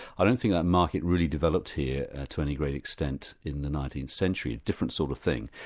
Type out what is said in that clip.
i don't think that market really developed here to any great extent in the nineteenth century, different sort of thing,